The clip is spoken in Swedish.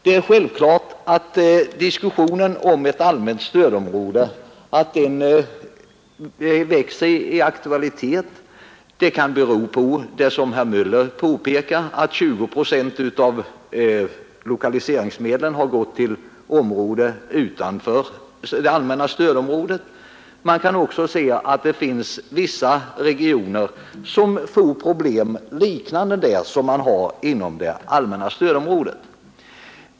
Det är självfallet så att diskussionen om ett allmänt stödområde växer i aktualitet. Det kan, som herr Möller påpekar, bero på att 20 procent av lokaliseringsmedlen har gått till områden utanför det allmänna stödområdet. Det förekommer också inom vissa regioner problem liknande dem som man har inom det allmänna stödområdet.